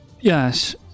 Yes